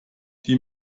die